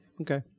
Okay